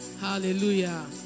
Hallelujah